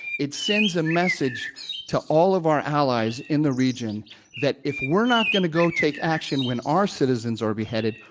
it sends a message to all of our allies in the region that if we're not going to go take action when our citizens are beheaded,